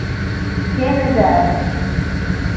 छह हज़ार